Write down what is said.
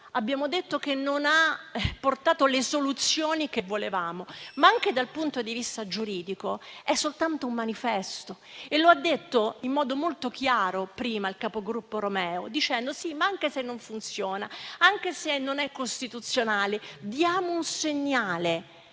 ci ha divisi, non ha portato le soluzioni che volevamo. Ma, anche dal punto di vista giuridico, è soltanto un manifesto e lo ha affermato in modo molto chiaro il capogruppo Romeo, dicendo che anche se non funziona, anche se non è costituzionale, serve a dare un segnale.